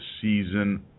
season